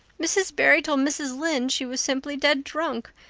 mrs. barry told mrs. lynde she was simply dead drunk.